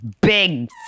big